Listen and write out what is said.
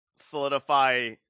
solidify